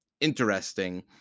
interesting